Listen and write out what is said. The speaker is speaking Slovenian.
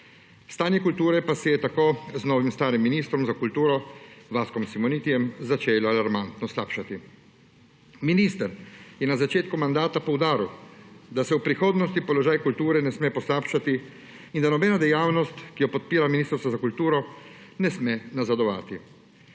Stanje kulture pa se je tako z novim starim ministrom za kulturo Vaskom Simonitijem začela alarmantno slabšati. Minister je na začetku mandata poudaril, da se v prihodnosti položaj kulture ne sme poslabšati in da nobeno dejavnost, ki jo podpira Ministrstvo za kulturo, ne sme nazadovati.